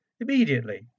immediately